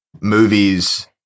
movies